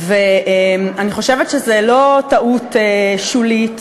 ואני חושבת שזאת לא טעות שולית,